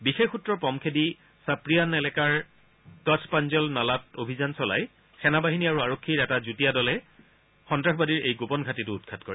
বিশেষ সূত্ৰৰ পম খেদি চাপ্ৰিয়ান এলেকাৰ কথ পাঞ্জল নালাত অভিযান চলাই সেনা বাহিনী আৰু আৰক্ষীৰ এটা যুটীয়া দলে সন্ত্ৰাসবাদীৰ এই গোপন ঘাটিতো উৎখাত কৰে